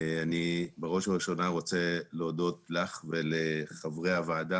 בראש ובראשונה אני רוצה להודות לך ולחברי הוועדה,